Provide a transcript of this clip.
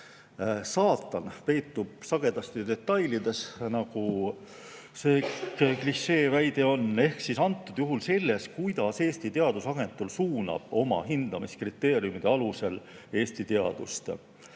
Saatan peitub sagedasti detailides, nagu see klišee on, ehk siis antud juhul selles, kuidas Eesti Teadusagentuur suunab oma hindamiskriteeriumide alusel Eesti teadust.